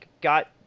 got